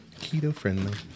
Keto-friendly